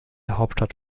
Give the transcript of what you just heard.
hauptstadt